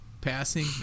passing